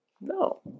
No